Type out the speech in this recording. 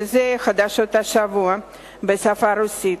שזה חדשות השבוע בשפה הרוסית,